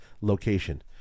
location